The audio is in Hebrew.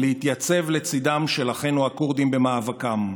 להתייצב לצידם של אחינו הכורדים במאבקם.